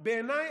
בעיניי,